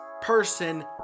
person